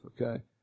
okay